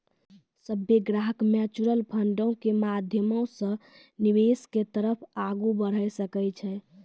सभ्भे ग्राहक म्युचुअल फंडो के माध्यमो से निवेश के तरफ आगू बढ़ै सकै छै